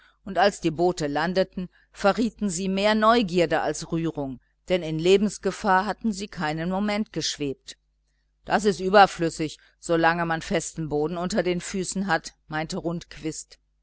und als die boote landeten verrieten sie mehr neugierde als rührung denn in lebensgefahr hatten sie keinen moment geschwebt das ist überflüssig solange man festen boden unter den füßen hat meinte